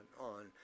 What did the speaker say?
on